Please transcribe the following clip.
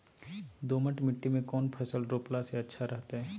दोमट मिट्टी में कौन फसल रोपला से अच्छा रहतय?